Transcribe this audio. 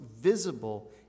visible